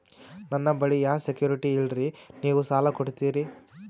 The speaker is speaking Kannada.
ನನ್ನ ಬಳಿ ಯಾ ಸೆಕ್ಯುರಿಟಿ ಇಲ್ರಿ ನೀವು ಸಾಲ ಕೊಡ್ತೀರಿ?